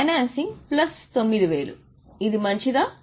financing plus 9000 ఇది మంచిదా